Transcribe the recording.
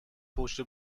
پشت